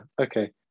okay